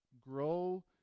grow